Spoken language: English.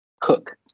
cook